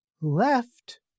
Left